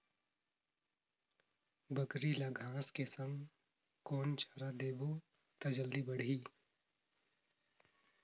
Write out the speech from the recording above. बकरी ल घांस के संग कौन चारा देबो त जल्दी बढाही?